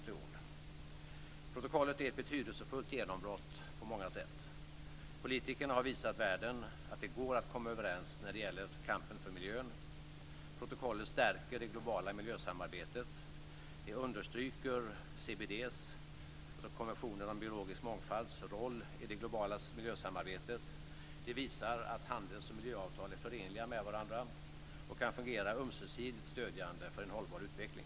Protokollet är ett betydelsefullt genombrott på många sätt. Politikerna har visat världen att det går att komma överens när det gäller kampen för miljön. Protokollet stärker det globala miljösamarbetet. Det understryker CBD:s, dvs. konventionen om biologisk mångfald, roll i det globala miljösamarbetet. Det visar att handels och miljöavtal är förenliga med varandra och kan fungera ömsesidigt stödjande för en hållbar utveckling.